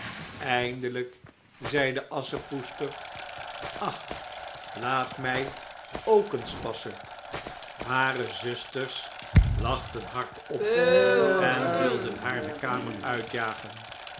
eindelijk zeide asschepoester ach laat mij ook eens passen hare zusters lachten hard op en wilden haar de kamer uitjagen